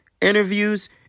interviews